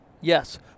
Yes